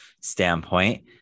standpoint